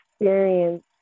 experience